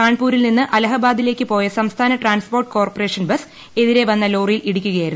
കാൺപൂരിൽ നിന്ന് അലഹബാദിലേക്ക് പോയ സംസ്ഥാന ട്രാൻസ്പോർട്ട് കോർപ്പറേഷൻ ബസ് എതിരെ വന്ന ലോറിയിൽ ഇടിക്കുകയായിരുന്നു